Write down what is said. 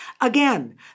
Again